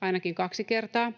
ainakin kaksi kertaa.